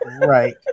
Right